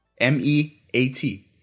M-E-A-T